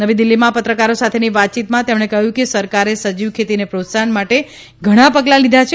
નવીદિલ્ફીમાં પત્રકારો સાથેની વાતચીતમાં તેમણે કહ્યુંકે સરકારે સજીવ ખેતીને પ્રોત્સફન માટે ધણા પગલાં લીધાં છે